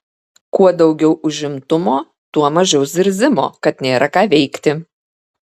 kuo daugiau užimtumo tuo mažiau zirzimo kad nėra ką veikti